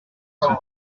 son